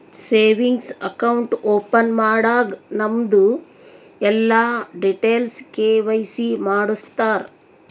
savings account open ಮಾಡಾಗ್ ನಮ್ದು ಎಲ್ಲಾ ಡೀಟೇಲ್ಸ್ ಕೆ.ವೈ.ಸಿ ಮಾಡುಸ್ತಾರ್